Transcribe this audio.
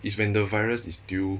is when the virus is still